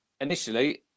initially